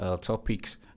topics